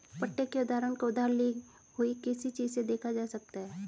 पट्टे के उदाहरण को उधार ली हुई किसी चीज़ से देखा जा सकता है